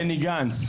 בני גנץ,